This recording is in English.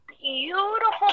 beautiful